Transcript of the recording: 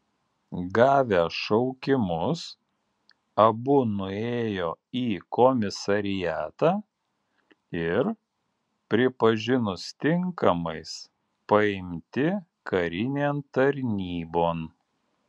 gavę šaukimus abu nuėjo į komisariatą ir pripažinus tinkamais paimti karinėn tarnybon